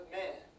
man